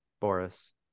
Boris